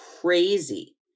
crazy